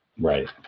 Right